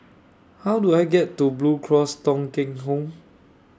How Do I get to Blue Cross Thong Kheng Home